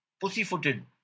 pussy-footed